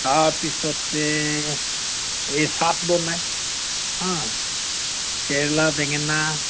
তাৰপিছতে এই চাট বনায় হা কেৰেলা বেঙেনা